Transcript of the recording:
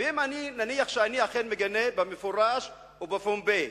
ונניח שאני אכן מגנה במפורש ובפומבי,